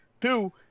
Two